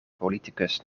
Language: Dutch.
politicus